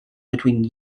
between